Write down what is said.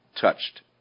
touched